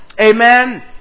Amen